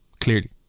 clearly